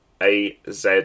AZ